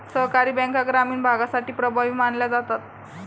सहकारी बँका ग्रामीण भागासाठी प्रभावी मानल्या जातात